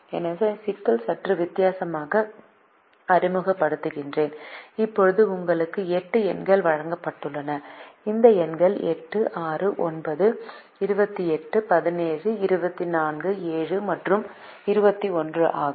எனவே சிக்கலை சற்று வித்தியாசமாக அறிமுகப்படுத்துகிறேன் இப்போது உங்களுக்கு 8 எண்கள் வழங்கப்பட்டுள்ளன இந்த எண்கள் 8 6 9 28 17 24 7 மற்றும் 21 ஆகும்